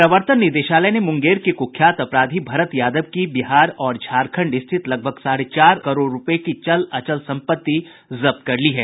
प्रवर्तन निदेशालय ने मुंगेर के कुख्यात अपराधी भरत यादव की बिहार और झारखण्ड स्थित लगभग साढ़े चार करोड़ रूपये की चल अचल संपत्ति जब्त कर ली है